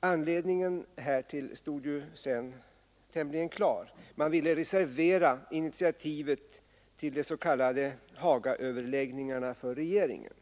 Anledningen härtill stod ju sedan tämligen klar. Man ville reservera initiativet till de s.k. Hagaöverläggningarna för regeringen.